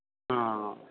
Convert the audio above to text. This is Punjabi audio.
ਹਾਂ